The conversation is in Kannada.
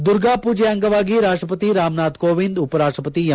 ದುರ್ಗಾಪೂಜೆಯ ಅಂಗವಾಗಿ ರಾಷ್ಟಪತಿ ರಾಮನಾಥ್ ಕೋವಿಂದ್ ಉಪರಾಷ್ಟಪತಿ ಎಂ